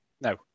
No